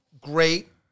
Great